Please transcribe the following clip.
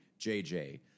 JJ